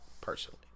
personally